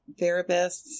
therapists